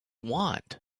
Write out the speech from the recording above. want